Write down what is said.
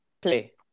Play